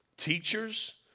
Teachers